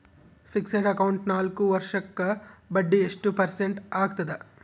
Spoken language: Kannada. ಫಿಕ್ಸೆಡ್ ಅಕೌಂಟ್ ನಾಲ್ಕು ವರ್ಷಕ್ಕ ಬಡ್ಡಿ ಎಷ್ಟು ಪರ್ಸೆಂಟ್ ಆಗ್ತದ?